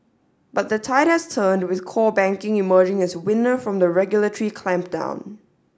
but the tide has turned with core banking emerging as winner from the regulatory clampdown